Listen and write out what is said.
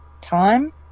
time